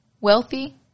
wealthy